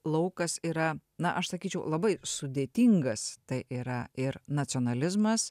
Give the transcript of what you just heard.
laukas yra na aš sakyčiau labai sudėtingas tai yra ir nacionalizmas